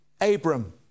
Abram